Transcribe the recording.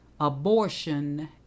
abortion